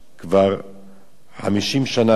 50 שנה שאיש לא ירד למערה,